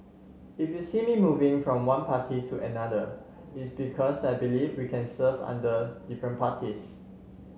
if you see me moving from one party to another it's because I believe we can serve under different parties